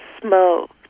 smoke